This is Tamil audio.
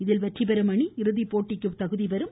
இதில் வெற்றி பெறும் அணி இறுதி போட்டிக்கு தகுதிபெறும்